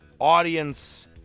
audience